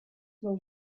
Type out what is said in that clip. will